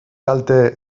kalte